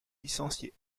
licencié